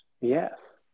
Yes